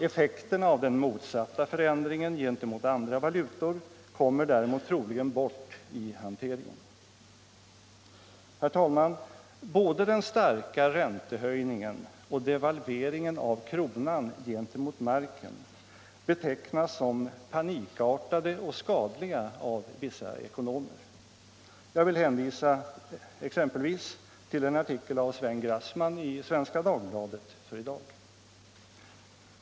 Effekterna av den motsatta förändringen gentemot andra valutor kommer däremot troligen bort i hanteringen. Herr talman! Både den starka räntehöjningen och devalveringen av kronan gentemot D-marken betecknas som panikartade och skadliga av vissa ekonomer. Jag vill exempelvis hänvisa till en artikel av Sven Grass man i Svenska Dagbladet för i dag.